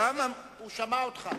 הוא שמע אותך.